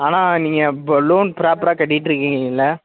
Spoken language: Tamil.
ஆனால் நீங்ள் இப்போ லோன் ப்ராப்பராக கட்டிகிட்டுருக்கீங்கல்ல